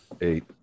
eight